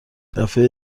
دفعه